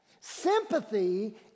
Sympathy